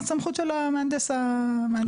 זאת סמכות של מהנדס העיר.